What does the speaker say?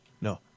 No